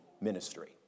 ministry